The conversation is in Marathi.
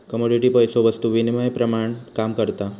कमोडिटी पैसो वस्तु विनिमयाप्रमाण काम करता